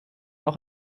auch